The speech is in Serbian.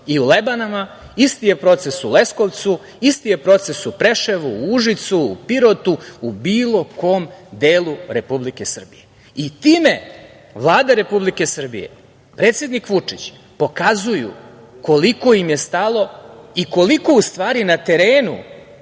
i u Lebanama, isti je proces u Leskovcu, isti je proces u Preševu, u Užicu, u Pirotu, u bilo kom delu Republike Srbije. Time Vlada Republike Srbije, predsednik Vučić pokazuju koliko im je stalo i koliko u stvari ne terenu